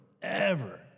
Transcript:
forever